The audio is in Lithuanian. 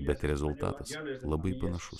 bet rezultatas labai panašus